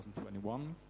2021